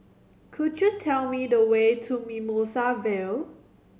could you tell me the way to Mimosa Vale